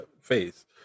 face